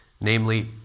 namely